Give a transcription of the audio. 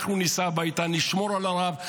אנחנו ניסע הביתה, נשמור על הרב.